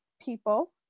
people